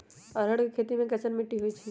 अरहर के खेती मे कैसन मिट्टी होइ?